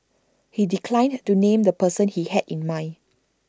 he declined to name the person he had in mind